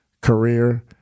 career